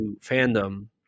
fandom